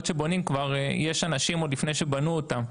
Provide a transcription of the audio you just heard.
שבונים כבר יש אנשים עוד לפני שבנו אותן.